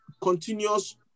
continuous